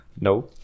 No